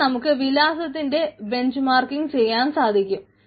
ഇവിടെ നമുക്ക് വിലാസത്തിന്റെ ബെഞ്ച്മാർക്കിങ് ചെയ്യാൻ സാധിക്കും